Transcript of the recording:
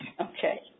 Okay